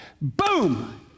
boom